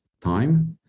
time